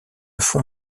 fond